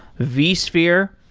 vsphere.